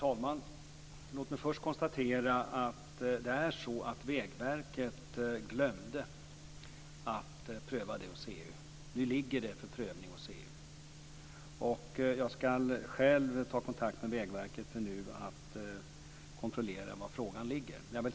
Fru talman! Låt mig först konstatera att det var så att Vägverket glömde att pröva ärendet hos EU. Nu ligger det för prövning hos EU. Jag skall själv ta kontakt med Vägverket för att kontrollera var frågan ligger nu.